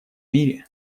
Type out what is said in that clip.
мире